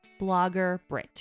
bloggerbrit